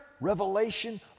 revelation